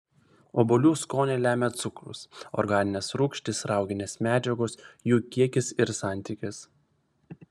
obuolių skonį lemia cukrus organinės rūgštys rauginės medžiagos jų kiekis ir santykis